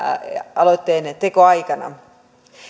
aloitteen tekoaikana